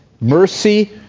mercy